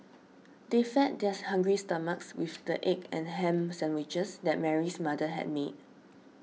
they fed their hungry stomachs with the egg and ham sandwiches that Mary's mother had made